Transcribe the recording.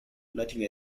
nothing